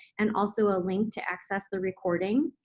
and also a link to access the recording.